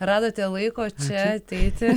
radote laiko čia ateiti